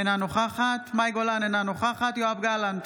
אינה נוכחת מאי גולן, אינה נוכחת יואב גלנט,